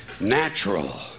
natural